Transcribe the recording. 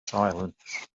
silence